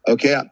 Okay